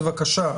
בבקשה,